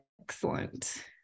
Excellent